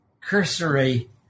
cursory